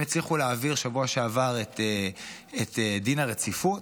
אם הצליחו להעביר בשבוע שעבר את דין הרציפות,